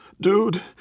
Dude